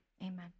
amen